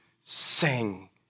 sing